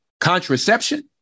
Contraception